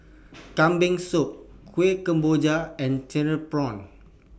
Kambing Soup Kueh Kemboja and Cereal Prawns